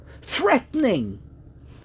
threatening